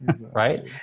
Right